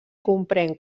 comprèn